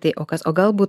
tai o kas o galbūt